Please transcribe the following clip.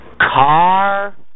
Car